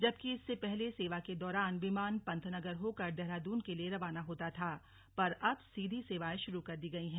जबकि इससे पहले सेवा के दौरान विमान पंतनगर होकर देहरादून के लिए रवाना होता था पर अब सीधी सेवाएं शुरू कर दी गई हैं